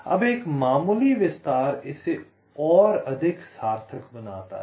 अब एक मामूली विस्तार इसे और अधिक सार्थक बनाता है